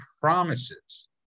promises